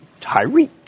Tyreek